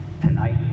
tonight